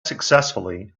successfully